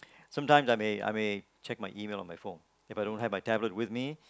sometimes I may I may check my email on my phone If I don't have my tablet with me